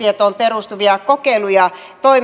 perustuvia kokeiluja